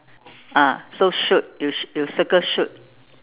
ah so shoot you you circle shoot